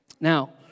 Now